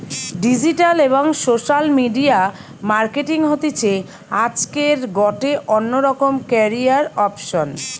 digital এবং social media marketing হতিছে আজকের গটে অন্যতম ক্যারিয়ার অপসন